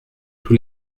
tous